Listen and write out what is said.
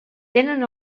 tenen